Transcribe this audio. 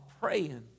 praying